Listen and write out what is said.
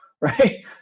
right